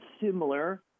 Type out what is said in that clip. similar